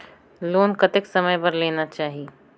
Loan कतेक समय बर लेना चाही?